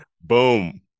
Boom